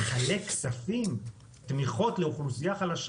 לחלק כספים, תמיכות לאוכלוסייה חלשה?